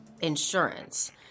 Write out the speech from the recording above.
insurance